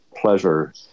pleasure